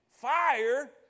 fire